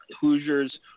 Hoosiers